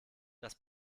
das